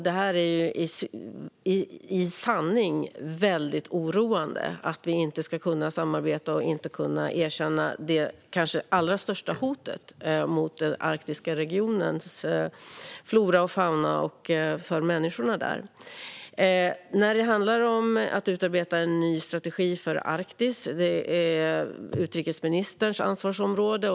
Det är i sanning väldigt oroande att vi inte ska kunna samarbeta och erkänna det kanske allra största hotet mot den arktiska regionens flora och fauna och mot människorna där. Att utarbeta en ny strategi för Arktis är utrikesministerns ansvarsområde.